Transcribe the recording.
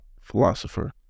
philosopher